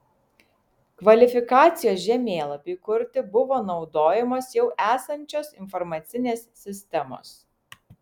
kvalifikacijos žemėlapiui kurti buvo naudojamos jau esančios informacinės sistemos